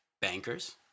bankers